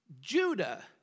Judah